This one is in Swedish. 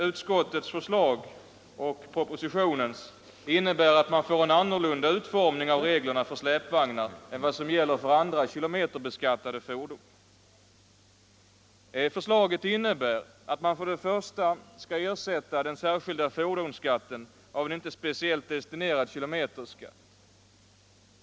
Utskottets och propositionens förslag innebär en annan utformning av reglerna för släpvagnar än vad som gäller för andra kilometerbeskattade fordon. För det första skall man ersätta den särskilda fordonsskatten med en inte speciellt destinerad kilometerskatt.